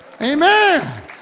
Amen